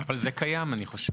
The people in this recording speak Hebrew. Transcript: אני מנסה להבין למה זה חשוב.